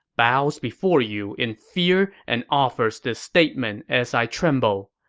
bows before you in fear and offers this statement as i tremble.